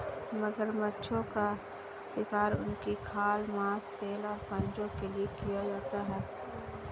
मगरमच्छों का शिकार उनकी खाल, मांस, तेल और पंजों के लिए किया जाता है